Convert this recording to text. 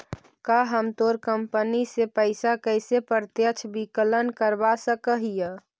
का हम तोर कंपनी से पइसा के प्रत्यक्ष विकलन करवा सकऽ हिअ?